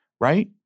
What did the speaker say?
right